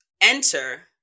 enter